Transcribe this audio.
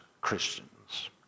Christians